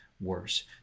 worse